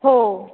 हो